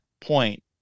point